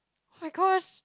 my-gosh